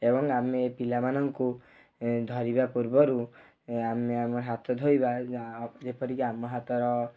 ଏବଂ ଆମେ ପିଲାମାନଙ୍କୁ ଧରିବା ପୂର୍ବରୁ ଆମେ ଆମ ହାତ ଧୋଇବା ଯେପରିକି ଆମ ହାତର